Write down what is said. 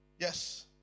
Yes